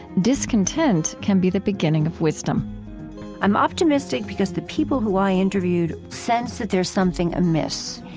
discontent can be the beginning of wisdom i'm optimistic because the people who i interviewed sense that there's something amiss.